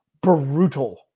Brutal